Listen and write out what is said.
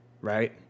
Right